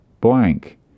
blank